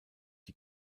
die